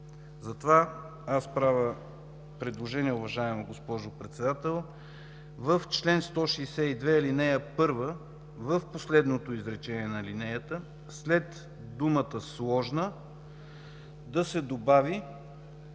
Затова правя предложение, уважаема госпожо Председател, в чл. 162, ал. 1, в последното изречение след думата „сложна,” да се добави